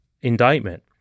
indictment